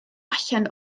allan